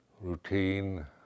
routine